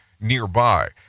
nearby